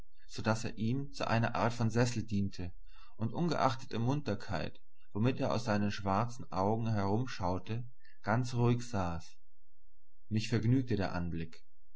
so daß er ihm zu einer art von sessel diente und ungeachtet der munterkeit womit er aus seinen schwarzen augen herumschaute ganz ruhig saß mich vergnügte der anblick